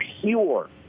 pure